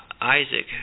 Isaac